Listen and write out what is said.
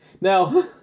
Now